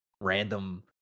random